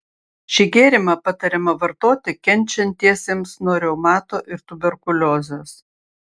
šį gėrimą patariama vartoti kenčiantiesiems nuo reumato ir tuberkuliozės